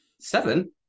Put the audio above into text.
seven